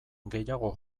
gehiago